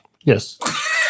Yes